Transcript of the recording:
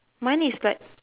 mine is like